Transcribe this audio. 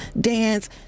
dance